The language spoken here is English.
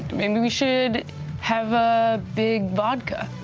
maybe we should have a big vodka.